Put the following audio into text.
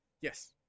Yes